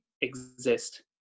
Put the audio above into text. exist